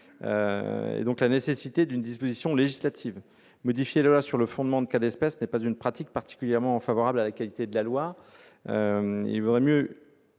mesurer la nécessité d'une disposition législative. Modifier la législation sur le fondement d'un cas d'espèce n'est pas une pratique particulièrement favorable à la qualité de la loi. Il serait